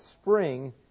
spring